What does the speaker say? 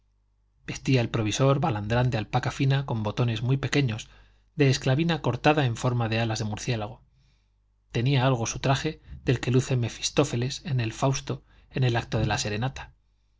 vestía el provisor balandrán de alpaca fina con botones muy pequeños de esclavina cortada en forma de alas de murciélago tenía algo su traje del que luce mefistófeles en el fausto en el acto de la serenata